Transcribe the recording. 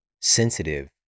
sensitive